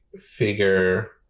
figure